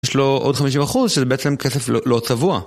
יש לו עוד חמישים אחוז שזה בעצם כסף לא צבוע.